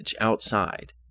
outside